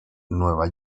nueva